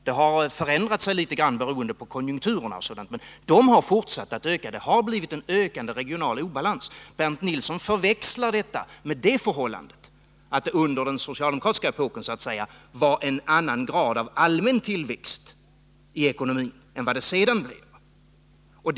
De har visserligen förändrat sig litet, beroende på konjunkturerna och andra förhållanden, men de har ändå fortsatt att öka, och det har blivit en ökande regional obalans. Bernt Nilsson förväxlar detta med det förhållandet att det under den socialdemokratiska epoken var en annan grad av allmän tillväxt i ekonomin än vad det sedan blivit.